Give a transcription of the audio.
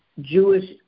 Jewish